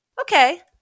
Okay